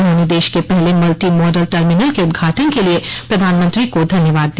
उन्होंने देश के पहले मल्टी मॉडल टर्मिनल के उदघाटन के लिए प्रधानमंत्री को धन्यवाद दिया